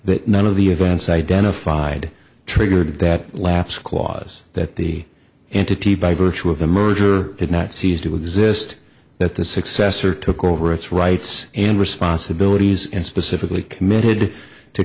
that none of the events identified triggered that lapse clause that the entity by virtue of the merger did not cease to exist that the successor took over its rights and responsibilities and specifically committed to